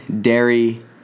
dairy